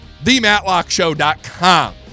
thematlockshow.com